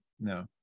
No